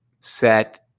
set